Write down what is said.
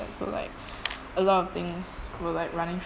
that so like a lot of things were like running through